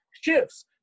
shifts